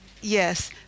Yes